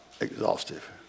exhaustive